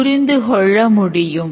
இரண்டாவது வழி event based ஆகும்